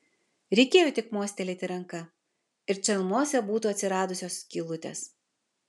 reikėjo tik mostelėti ranka ir čalmose būtų atsiradusios skylutės